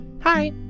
hi